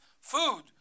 food